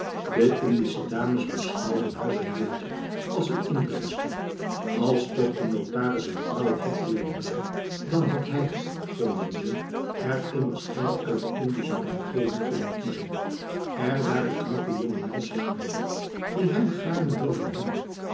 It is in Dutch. de indische dames beschouwden haar zo'n beetje als n indringster als toch de notaris een vrouw had willen hebben dan had hij vonden ze er immers een uit de indische omgeving kunnen kiezen er waren knappe jonge meisjes genoeg die hem gaarne wilden hebben